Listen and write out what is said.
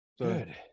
Good